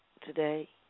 today